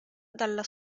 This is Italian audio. dalla